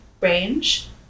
range